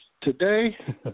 Today